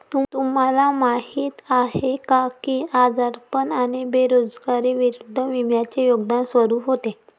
तुम्हाला माहीत आहे का की आजारपण आणि बेरोजगारी विरुद्ध विम्याचे योगदान स्वरूप होते?